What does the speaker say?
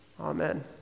Amen